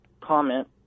comment